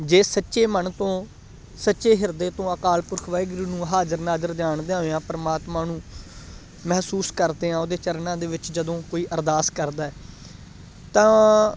ਜੇ ਸੱਚੇ ਮਨ ਤੋਂ ਸੱਚੇ ਹਿਰਦੇ ਤੋਂ ਅਕਾਲ ਪੁਰਖ ਵਾਹਿਗੁਰੂ ਨੂੰ ਹਾਜ਼ਰ ਨਾਜ਼ਰ ਜਾਣਦਿਆਂ ਹੋਇਆਂ ਪਰਮਾਤਮਾ ਨੂੰ ਮਹਿਸੂਸ ਕਰਦੇ ਹਾਂ ਉਹਦੇ ਚਰਨਾਂ ਦੇ ਵਿੱਚ ਜਦੋਂ ਕੋਈ ਅਰਦਾਸ ਕਰਦਾ ਤਾਂ